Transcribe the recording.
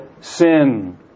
sin